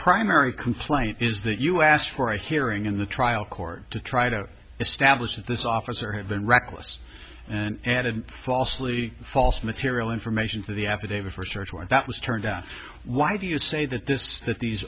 primary complaint is that you asked for a hearing in the trial court to try to establish that this officer had been reckless and added falsely false material information to the affidavit for search warrant that was turned down why do you say that this that these